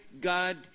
God